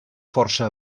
força